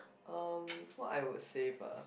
um what I would save ah